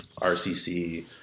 RCC